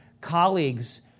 colleagues